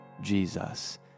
Jesus